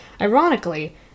ironically